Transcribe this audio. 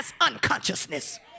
unconsciousness